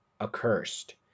accursed